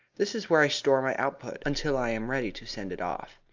this is where i store my output until i am ready to send it off.